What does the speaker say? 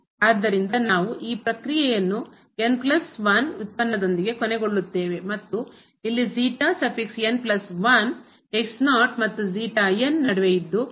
ಆದ್ದರಿಂದ ನಾವು ಈ ಪ್ರಕ್ರಿಯೆಯನ್ನು ವ್ಯುತ್ಪನ್ನದೊಂದಿಗೆ ಕೊನೆಗೊಳ್ಳುತ್ತೇವೆ ಮತ್ತು ಇಲ್ಲಿ ಮತ್ತು ನಡುವೆ ಇದ್ದು ಅದು ವರೆಗೆ ಮುಂದುವರೆಯುತ್ತದೆ